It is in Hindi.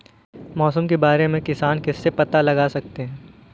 मौसम के बारे में किसान किससे पता लगा सकते हैं?